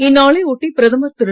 இந்நாளை ஒட்டி பிரதமர் திரு